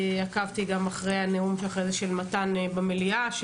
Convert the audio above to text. עקבתי גם אחר הנאום של מתן כהנא במליאה,